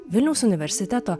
vilniaus universiteto